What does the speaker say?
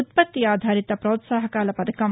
ఉత్పత్తి ఆధారిత ప్రోత్సహకాల పథకం